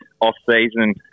off-season